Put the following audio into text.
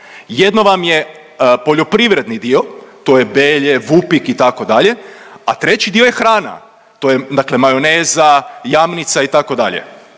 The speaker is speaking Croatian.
Jedno vam je poljoprivredni dio to je Belje, Vupik itd., a treći dio je hrana, to je dakle majoneza, Jamnica itd., e